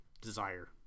desire